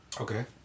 Okay